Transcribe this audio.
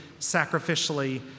sacrificially